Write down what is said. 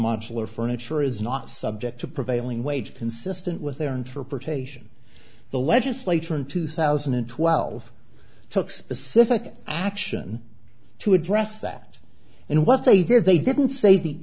modular furniture is not subject to prevailing wage consistent with their interpretation the legislature in two thousand and twelve took specific action to address that and what they did they didn't say the